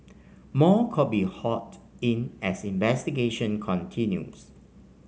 more could be hauled in as investigations continues